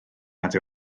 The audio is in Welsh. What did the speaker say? nad